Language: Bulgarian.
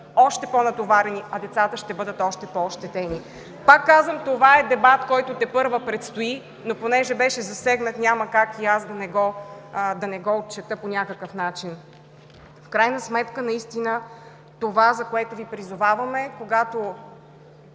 още по-натоварени, а децата ще бъдат още по-ощетени. Пак казвам: това е дебат, който тепърва предстои, но понеже беше засегнат, няма как и аз да не го отчета. В крайна сметка наистина това, за което Ви призовавам, е, когато